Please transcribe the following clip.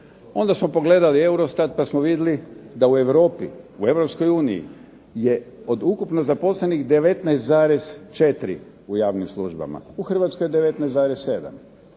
Onda smo pogledali EUROSTAT pa smo vidjeli da u Europi, u Europskoj uniji je od ukupno zaposlenih 19,4 u javnim službama. U Hrvatskoj je 19,7.